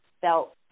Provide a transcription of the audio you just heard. felt